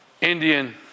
Indian